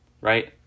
right